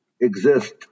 exist